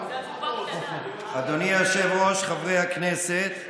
אדוני היושב-ראש, חברי הכנסת,